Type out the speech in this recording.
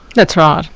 that's right.